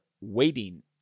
waiting